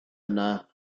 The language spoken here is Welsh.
yna